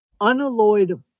unalloyed